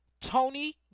Tony